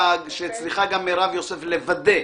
ושצריכה גם מירב יוסף לוודא.